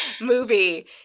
movie